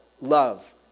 love